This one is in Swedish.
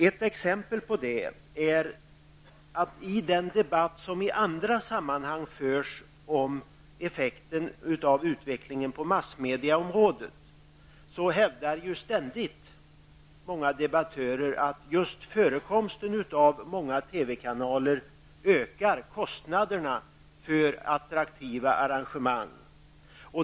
Ett exempel på detta är att i den debatt som förs i andra sammanhang om effekten av utvecklingen på massmediaområdet hävdar ständigt många debattörer att just förekomsten av många TV kanaler ökar sändningskostnaderna för attraktiva arrangemang.